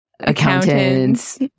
accountants